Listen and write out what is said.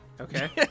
Okay